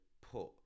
put